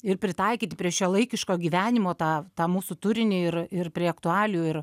ir pritaikyt prie šiuolaikiško gyvenimo tą tą mūsų turinį ir ir prie aktualijų ir